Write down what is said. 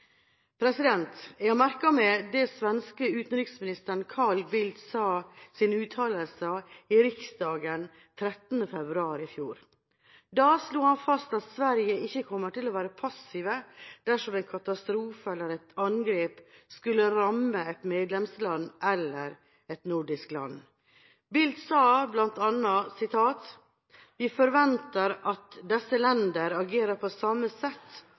Jeg har merket meg uttalelsene til den svenske utenriksministeren, Carl Bildt, i Riksdagen 13. februar i fjor. Da slo han fast at Sverige ikke kommer til å være passive dersom en katastrofe eller et angrep skulle ramme et medlemsland eller et nordisk land. Bildt sa bl.a.: «Vi förväntar oss att dessa länder agerar på